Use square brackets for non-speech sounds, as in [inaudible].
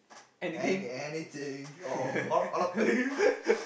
and anything or [laughs]